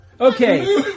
Okay